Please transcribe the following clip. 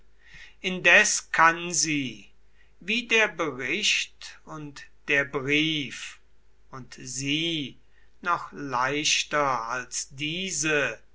indes kann sie wie der bericht und der brief und sie noch leichter als diese